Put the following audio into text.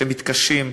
שמתקשים,